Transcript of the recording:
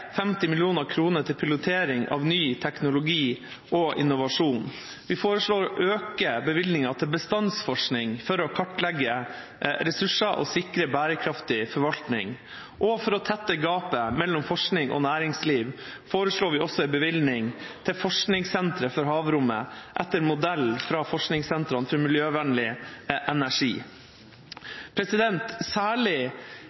50 mill. kr til pilotering av ny teknologi og innovasjon. Vi foreslår å øke bevilgningen til bestandsforskning for å kartlegge ressurser og sikre bærekraftig forvaltning, og for å tette gapet mellom forskning og næringsliv foreslår vi en bevilgning til forskningssentre for havrommet etter modell fra forskningssentrene til miljøvennlig